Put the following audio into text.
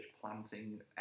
planting